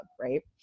Right